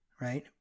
Right